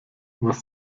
was